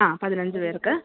ആ പതിനഞ്ച് പേർക്ക്